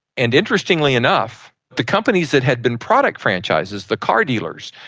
and interestingly enough the companies that had been product franchises, the car dealers,